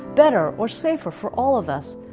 better, or safer for all of us,